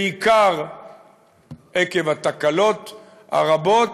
בעיקר עקב התקלות הרבות,